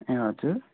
ए हजुर